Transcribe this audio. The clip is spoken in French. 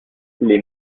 les